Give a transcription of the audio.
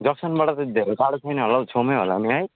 जक्सनबाट चाहिँ धेरै टाढो छैन होला हो छेउमै होला नि